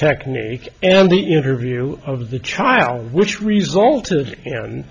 technique and the interview of the child which result